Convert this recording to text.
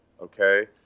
okay